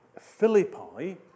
Philippi